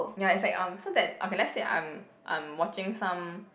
ya it's like um so that okay let's say I'm I'm watching some